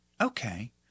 Okay